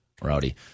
Rowdy